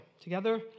together